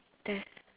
there's